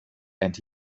and